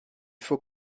faux